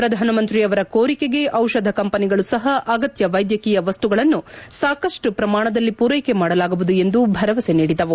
ಪ್ರಧಾನ ಮಂತ್ರಿಯವರ ಕೋರಿಕೆಗೆ ಔಷಧ ಕಂಪನಿಗಳು ಸಹ ಅಗತ್ಯ ವೈದ್ಯಕೀಯ ವಸ್ತುಗಳನ್ನು ಸಾಕಷ್ಟು ಪ್ರಮಾಣದಲ್ಲಿ ಪೂರೈಕೆ ಮಾಡಲಾಗುವುದು ಎಂದು ಭರವಸೆ ನೀಡಿದವು